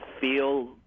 feel